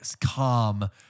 Calm